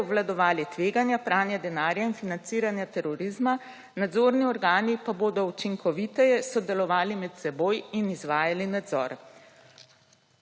ter obvladovali tveganja pranja denarja in financiranja terorizma, nadzorni organi pa bodo učinkoviteje sodelovali med seboj in izvajali nadzor.